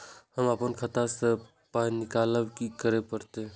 हम आपन खाता स पाय निकालब की करे परतै?